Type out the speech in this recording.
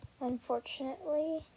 Unfortunately